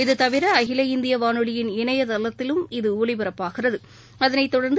இது தவிர அகில இந்திய வானொலியின் இணையதளத்திலும் இது ஒலிபரப்பாகிறது அதனைத்தொடர்ந்து